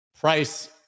price